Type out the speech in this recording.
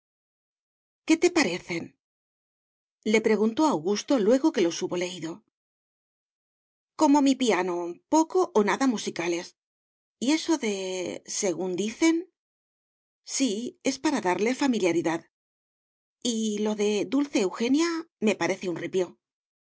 qué te parecen le preguntó augusto luego que se los hubo leído como mi piano poco o nada musicales y eso de según dicen sí es para darle familiaridad y lo de dulce eugenia me parece un ripio